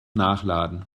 nachladen